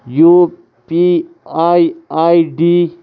U P I I D